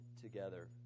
together